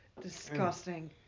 disgusting